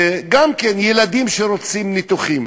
שגם ילדים שצריכים ניתוחים,